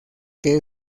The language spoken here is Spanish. que